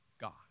God